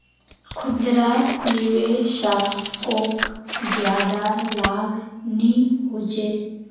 खुदरा निवेशाकोक ज्यादा लाभ नि होचे